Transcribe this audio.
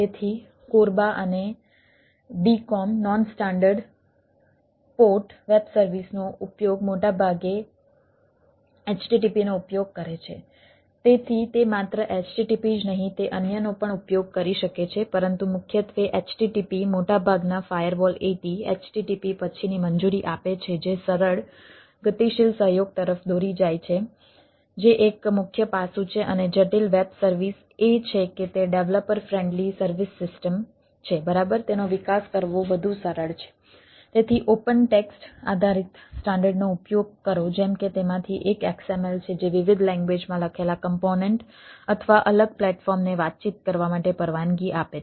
તેથી CORBA અને DCOM nonstandard આધારિત સ્ટાન્ડર્ડનો ઉપયોગ કરો જેમ કે તેમાંથી એક XML છે જે વિવિધ લેંગ્વેજમાં લખેલા કમ્પોનેન્ટ અથવા અલગ પ્લેટફોર્મને વાતચીત કરવા માટે પરવાનગી આપે છે